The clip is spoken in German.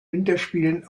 winterspielen